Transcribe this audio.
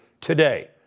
today